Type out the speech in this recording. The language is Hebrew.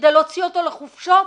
כדי להוציא אותו לחופשות,